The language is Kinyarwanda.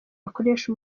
bakoresha